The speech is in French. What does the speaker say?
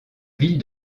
ville